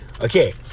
Okay